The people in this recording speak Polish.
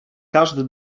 każdy